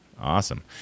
Awesome